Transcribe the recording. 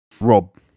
Rob